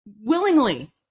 willingly